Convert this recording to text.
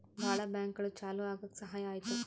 ಭಾಳ ಬ್ಯಾಂಕ್ಗಳು ಚಾಲೂ ಆಗಕ್ ಸಹಾಯ ಆಯ್ತು